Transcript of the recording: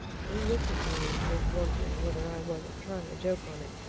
he looked at me as if wondering whether i wasn't trying a joke on him,